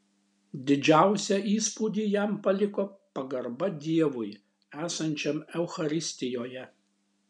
didžiausią įspūdį jam paliko pagarba dievui esančiam eucharistijoje